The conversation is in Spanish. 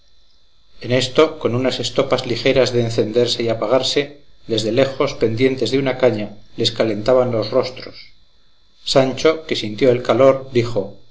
en esto con unas estopas ligeras de encenderse y apagarse desde lejos pendientes de una caña les calentaban los rostros sancho que sintió el calor dijo